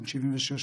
בן 76,